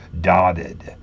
dotted